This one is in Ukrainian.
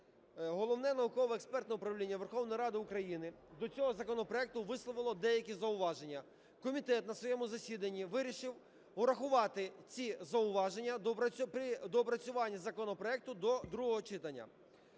Головне науково-експертне управління Верховної Ради України до цього законопроекту висловило деякі зауваження. Комітет на своєму засіданні вирішив урахувати ці зауваження при доопрацюванні законопроекту до другого читання.